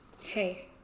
Hey